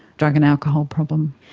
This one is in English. drug and alcohol problem.